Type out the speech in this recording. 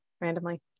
randomly